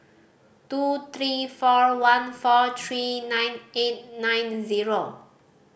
two three four one four three nine eight nine zero